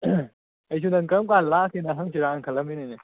ꯑꯩꯁꯨ ꯅꯪ ꯀꯔꯝ ꯀꯥꯟꯗ ꯂꯥꯛꯀꯦꯅ ꯍꯪꯁꯤꯔꯥꯅ ꯈꯜꯂꯝꯃꯤꯅꯤꯅꯦ